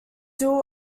still